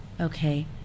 okay